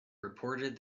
reported